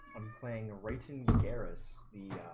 i'm playing rayton garis,